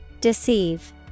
Deceive